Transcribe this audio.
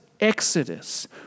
exodus